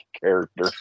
character